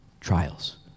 trials